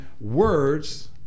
words